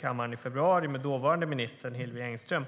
kammaren med dåvarande arbetsmarknadsminister Hillevi Engström.